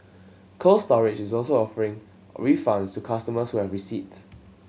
Cold Storage is also offering refunds to customers who have receipt